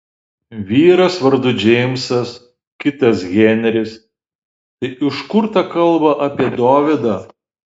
vyras vardu džeimsas kitas henris tai iš kur ta kalba apie dovydą